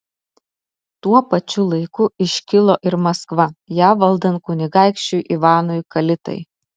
tuo pačiu laiku iškilo ir maskva ją valdant kunigaikščiui ivanui kalitai